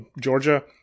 Georgia